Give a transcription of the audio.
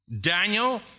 Daniel